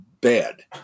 bad